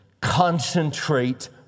concentrate